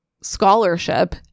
scholarship